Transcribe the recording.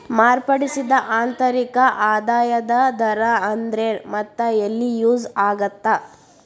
ಮಾರ್ಪಡಿಸಿದ ಆಂತರಿಕ ಆದಾಯದ ದರ ಅಂದ್ರೆನ್ ಮತ್ತ ಎಲ್ಲಿ ಯೂಸ್ ಆಗತ್ತಾ